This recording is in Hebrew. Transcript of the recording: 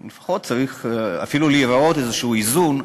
לפחות צריך להיראות איזשהו איזון,